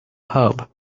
hub